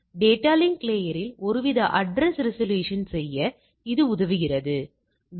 எனவே data link லேயரில் ஒருவித அட்ரஸ் ரெசல்யூசன்செய்ய இது நேரம் 0914 ஐப் பார்க்கவும் உதவுகிறது